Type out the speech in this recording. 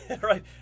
right